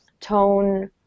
tone